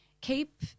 Keep